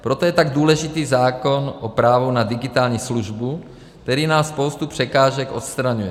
Proto je tak důležitý zákon o právu na digitální službu, který nám spoustu překážek odstraňuje.